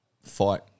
fight